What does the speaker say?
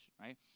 right